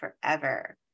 forever